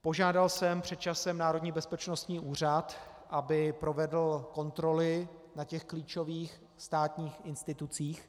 Požádal jsem před časem Národní bezpečností úřad, aby provedl kontroly na klíčových státních institucích.